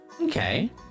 Okay